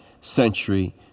century